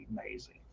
amazing